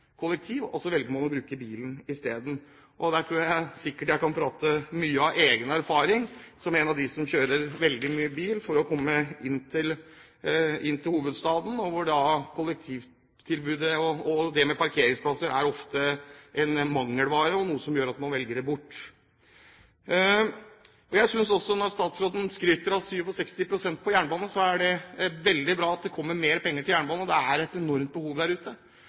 kollektiv og bruker bil i stedet. Der kan jeg sikkert prate mye av egen erfaring, for jeg er en av dem som kjører veldig mye bil for å komme inn til hovedstaden, hvor kollektivtilbudet og parkeringsplasser ofte er mangelvare, noe som gjør at man velger det bort. Statsråden skryter av en økning på 67 pst. til jernbane, og jeg synes det er veldig bra at det kommer mer penger til jernbane. Det er et enormt behov der ute.